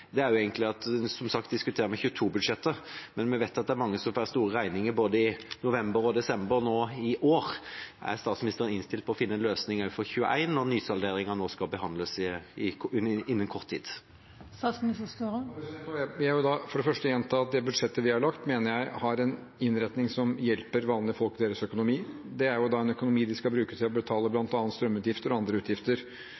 er egentlig at vi som sagt diskuterer 2022-budsjettet, men vi vet at det er mange som får store regninger både i november og desember nå i år. Er statsministeren innstilt på å finne en løsning også for 2021, når nysalderingen skal behandles innen kort tid? Nå vil jeg for det første gjenta at det budsjettet vi har lagt fram, mener jeg har en innretning som hjelper vanlige folk og deres økonomi – og det er en økonomi de skal bruke til å betale